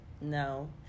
No